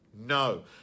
no